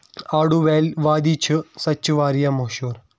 آڈو وے وادی چھِ سۄ تہِ چھِ واڑیاہ مشہوٗر